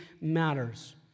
matters